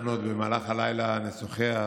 אנחנו עוד במהלך הלילה נשוחח,